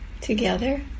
together